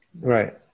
right